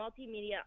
multimedia